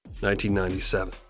1997